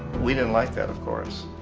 we didn't like that of course.